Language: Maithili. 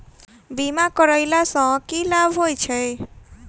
बीमा करैला सअ की लाभ होइत छी?